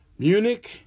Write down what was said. Munich